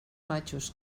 matxos